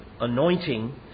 anointing